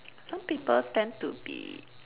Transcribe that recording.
some people tend to be